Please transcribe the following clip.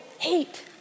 Hate